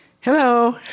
Hello